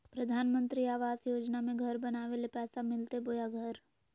प्रधानमंत्री आवास योजना में घर बनावे ले पैसा मिलते बोया घर?